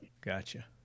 Gotcha